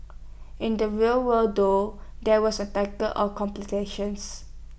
in the real world though there was A of complications